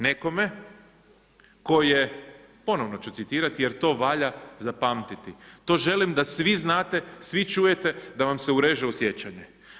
Nekome tko je, ponovno ću citirati jer to valja zapamtiti, to želim da svi znate, svi čujete, da vam se ureže u sjećanje.